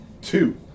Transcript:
two